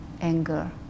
anger